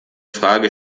frage